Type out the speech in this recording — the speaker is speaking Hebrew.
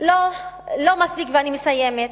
כמו שאמרתי, ואני מסיימת,